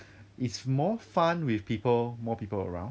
it's more fun with people more people around